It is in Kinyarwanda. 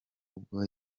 ubwo